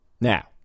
now